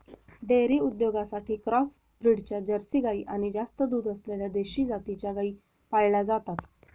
dairy उद्योगासाठी cross ब्रीडच्या Jersey गाई आणि जास्त दूध असलेल्या देशी जातीच्या गायी पाळल्या जातात